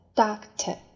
doctor